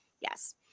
Yes